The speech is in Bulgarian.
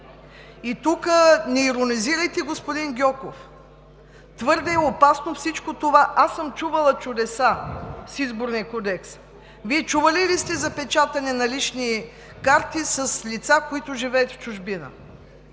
И тук не иронизирайте господин Гьоков, твърде опасно е всичко това. Аз съм чувала чудеса с Изборния кодекс. Вие чували ли сте за печатане на лични карти с лица, които живеят в чужбина?